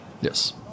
Yes